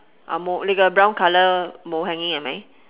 ah mou lei ge brown colour mou hanging hai mai